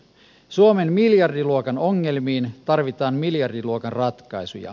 suomen miljardiluokan ongelmiin tarvitaan miljardiluokan ratkaisuja